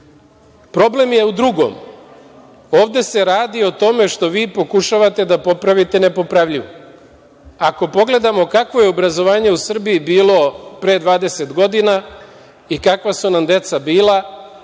brzo. Problem je drugom. Ovde se radi o tome što vi pokušavate da popravite nepopravljivo. Ako pogledamo kakvo je obrazovanje u Srbiji bilo pre 20 godina i kakva su nam deca bila,